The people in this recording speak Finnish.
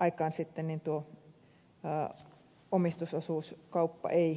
aikaan sitten tuo omistusosuuskauppa ei käy